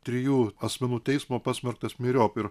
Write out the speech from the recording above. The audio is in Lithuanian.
trijų asmenų teismo pasmerktas myriop ir